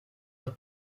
del